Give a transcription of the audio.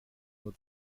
nur